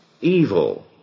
evil